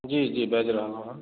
जी जी बाजि रहलहुँ हेँ